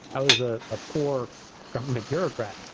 i was a ah poor government bureaucrat,